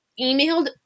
emailed